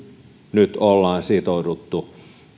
nyt ollaan sitouduttu